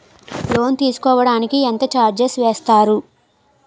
Loan తీసుకోడానికి ఎంత charges వేస్తారు?